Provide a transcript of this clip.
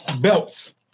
belts